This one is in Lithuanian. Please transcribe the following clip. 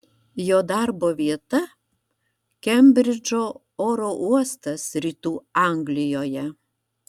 jo darbo vieta kembridžo oro uostas rytų anglijoje